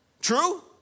True